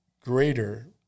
greater